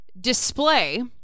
display